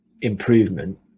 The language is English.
improvement